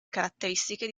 caratteristiche